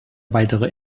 weitere